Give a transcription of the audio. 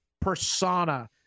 persona